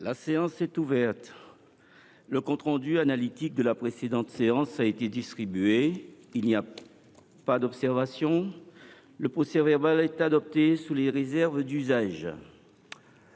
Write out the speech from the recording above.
La séance est ouverte. Le compte rendu analytique de la précédente séance a été distribué. Il n’y a pas d’observation ?… Le procès verbal est adopté sous les réserves d’usage.